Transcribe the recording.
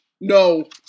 No